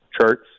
charts